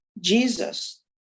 Jesus